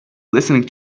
listening